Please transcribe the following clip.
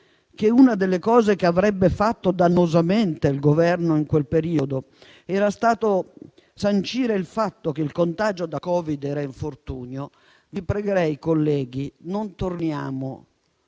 che una delle cose che avrebbe fatto dannosamente il Governo in quel periodo era stato sancire che il contagio da Covid era infortunio, vi pregherei, colleghi, di non tornare